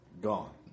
Gone